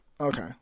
Okay